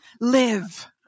Live